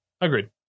Agreed